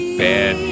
bad